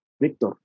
Victor